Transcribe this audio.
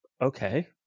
okay